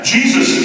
Jesus